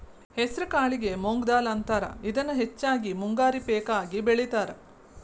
ಹೆಸರಕಾಳಿಗೆ ಮೊಂಗ್ ದಾಲ್ ಅಂತಾರ, ಇದನ್ನ ಹೆಚ್ಚಾಗಿ ಮುಂಗಾರಿ ಪೇಕ ಆಗಿ ಬೆಳೇತಾರ